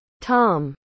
Tom